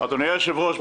אדוני היושב-ראש,